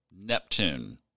Neptune